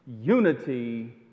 unity